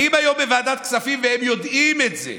באים היום לוועדת כספים, והם יודעים את זה,